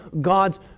God's